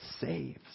saves